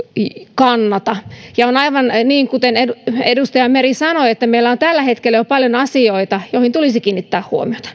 kannata on aivan niin kuten edustaja meri sanoi että meillä on jo tällä hetkellä paljon asioita joihin tulisi kiinnittää huomiota